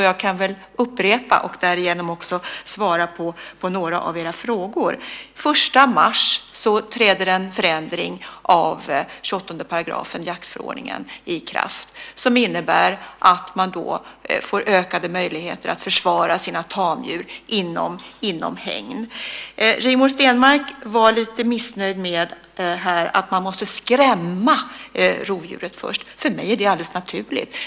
Jag kan upprepa det och därigenom svara på några av era frågor. Den 1 mars träder en förändring av 28 § jaktförordningen i kraft. Det innebär att man får ökade möjligheter att försvara sina tamdjur inom hägn. Rigmor Stenmark var lite missnöjd med att man måste skrämma rovdjuret först. För mig är det alldeles naturligt.